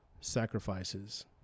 sacrifices